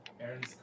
Aaron's